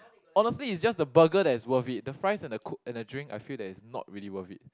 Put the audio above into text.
honestly is just the burger that is worth it the fries and the coke and the drink I feel that is not really worth it